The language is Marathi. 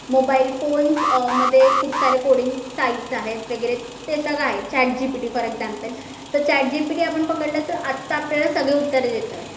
मोबाईल फोन्समध्ये खूप सारे कोर्डिंग साईट्स आहेत वगैरे ते सगळं आहेत चॅटजीपीटी फॉर एक्झाम्पल तर चॅटजीपीटी आपण पकडलं तर आत्ता आपल्याला सगळे उत्तर देतो आहे